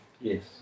Yes